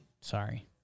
Sorry